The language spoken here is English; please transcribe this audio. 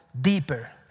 deeper